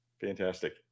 fantastic